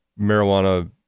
marijuana